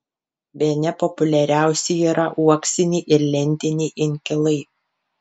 bene populiariausi yra uoksiniai ir lentiniai inkilai